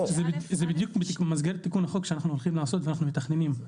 זה בדיוק במסגרת תיקון החוק שאנחנו הולכים לעשות ואנחנו מתכננים.